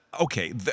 okay